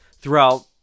throughout